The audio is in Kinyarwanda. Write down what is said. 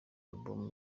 album